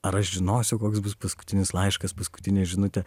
ar aš žinosiu koks bus paskutinis laiškas paskutinė žinutė